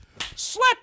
Slap